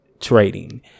trading